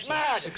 mad